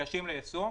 וקשים ליישום,